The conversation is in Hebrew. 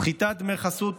סחיטת דמי חסות,